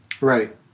Right